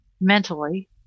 mentally